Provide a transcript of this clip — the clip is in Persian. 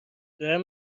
دارم